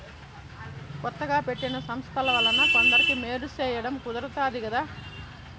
కొత్తగా పెట్టిన సంస్థల వలన కొందరికి మేలు సేయడం కుదురుతాది కదా